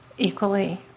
equally